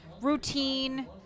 routine